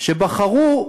שבחרו,